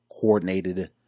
coordinated